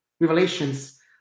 revelations